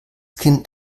kind